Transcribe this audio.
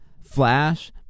flash